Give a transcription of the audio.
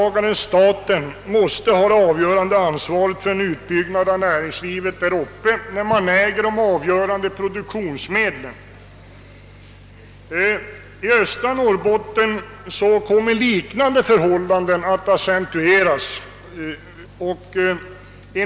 Staten måste ha det avgörande ansvaret för näringslivets utbyggnad där uppe, eftersom staten äger de avgörande produktionsmedlen. I östra Norrbotten kommer liknande förhållanden att accentueras.